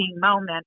moment